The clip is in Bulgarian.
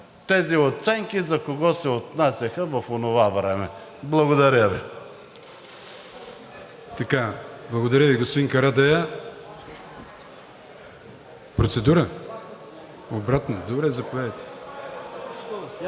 тези оценки за кого се отнасяха в онова време. Благодаря Ви.